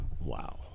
Wow